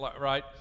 right